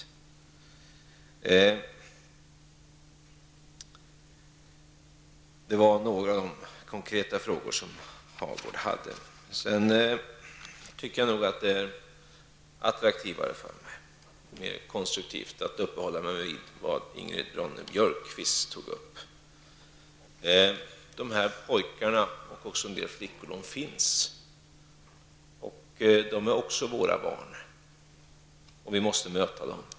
Detta var svar på några av de konkreta frågor som Birger Hagård ställde. Sedan tycker jag nog att det är attraktivare för mig och mer konstruktivt att uppehålla mig vid vad Ingrid Ronne-Björkqvist tog upp. Dessa pojkar, och även en del flickor, de finns. De är också våra barn. Vi måste möta dem.